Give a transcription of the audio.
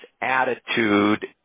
attitude